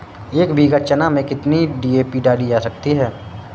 एक बीघा चना में कितनी डी.ए.पी डाली जा सकती है?